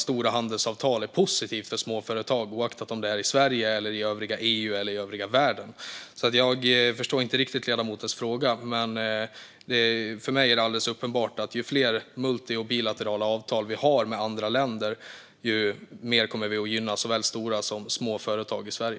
Stora handelsavtal är givetvis positiva för småföretag, oavsett om det är i Sverige, i övriga EU eller i övriga världen. Jag förstår inte riktigt ledamotens fråga. För mig är det alldeles uppenbart: Ju fler multi och bilaterala avtal vi har med andra länder, desto mer kommer vi att gynna såväl stora som små företag i Sverige.